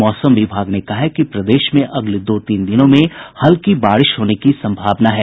मौसम विभाग ने कहा है कि प्रदेश में अगले दो तीन दिनों में हल्की बारिश होने की सम्भावना है